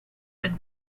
and